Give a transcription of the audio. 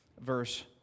verse